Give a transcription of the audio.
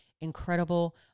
incredible